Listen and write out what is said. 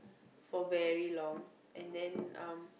for very long and then uh